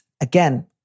again